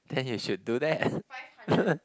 then you should do that